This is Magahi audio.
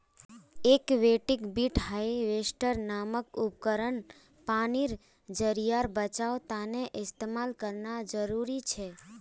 एक्वेटिक वीड हाएवेस्टर नामक उपकरण पानीर ज़रियार बचाओर तने इस्तेमाल करना ज़रूरी छे